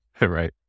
right